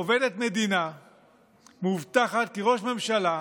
עובדת מדינה מאובטחת כראש ממשלה,